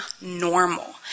normal